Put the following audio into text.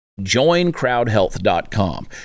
joincrowdhealth.com